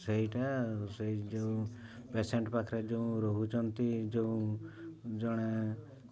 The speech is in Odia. ସେଇଟା ସେଇଯୋଉ ପେସେଣ୍ଟ୍ ପାଖରେ ଯେଉଁ ରହୁଛନ୍ତି ଯେଉଁ ଜଣେ